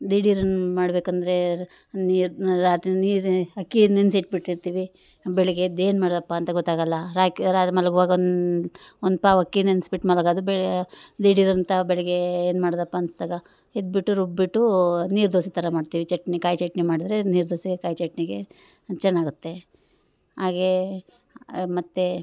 ದಿಢೀರನ್ ಮಾಡಬೇಕಂದ್ರೆ ನೀರು ರಾತ್ರಿ ನೀರು ಅಕ್ಕಿ ನೆನ್ಸಿಟ್ಬಿರ್ತೀವಿ ಬೆಳಗ್ಗೆ ಎದ್ದು ಏನು ಮಾಡೋದಪ್ಪ ಅಂತ ಗೊತ್ತಾಗೋಲ್ಲ ರಾತ್ರಿ ರಾತ್ರಿ ಮಲಗುವಾಗ ಒಂದು ಒಂದ್ಪಾವು ಅಕ್ಕಿ ನೆನ್ಸಿಬಿಟ್ ಮಲಗೋದು ಬೇ ದಿಢೀರಂತ ಬೆಳಗ್ಗೆ ಏನು ಮಾಡೋದಪ್ಪ ಅನಿಸ್ದಾಗ ಎದ್ದುಬಿಟ್ಟು ರುಬ್ಬಿಟ್ಟು ನೀರು ದೋಸೆ ಥರ ಮಾಡ್ತೀವಿ ಚಟ್ನಿ ಕಾಯಿಚಟ್ನಿ ಮಾಡಿದ್ರೆ ನೀರು ದೋಸೆ ಕಾಯಿಚಟ್ನಿಗೆ ಚೆನ್ನಾಗುತ್ತೆ ಹಾಗೆ ಮತ್ತು